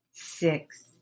Six